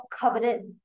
coveted